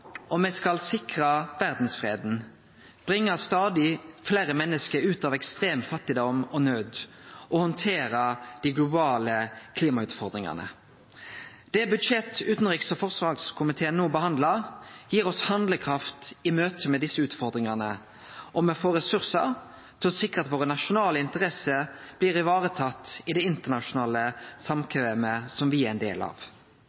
om me skal sikre verdsfreden, bringe stadig fleire menneske ut av ekstrem fattigdom og nød og handtere dei globale klimautfordringane. Det budsjettet utanriks- og forsvarskomiteen no behandlar, gir oss handlekraft i møte med desse utfordringane, og me får ressursar til å sikre at våre nasjonale interesser blir varetatt i det internasjonale samkvemet som me er ein del av.